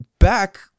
back